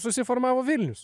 susiformavo vilnius